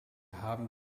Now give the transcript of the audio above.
haben